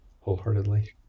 wholeheartedly